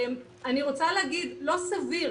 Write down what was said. אני רוצה להגיד, לא סביר